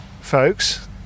folks